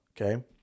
Okay